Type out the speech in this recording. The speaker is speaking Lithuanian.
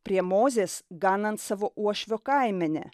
prie mozės ganant savo uošvio kaimenę